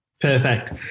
Perfect